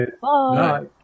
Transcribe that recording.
Bye